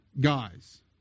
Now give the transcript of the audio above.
guys